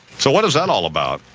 so what is that all about?